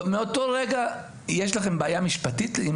מאותו רגע יש לכם בעיה משפטית?